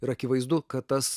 ir akivaizdu kad tas